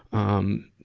um,